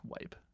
wipe